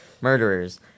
murderers